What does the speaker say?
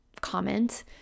comment